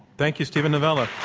thank you, steven novella.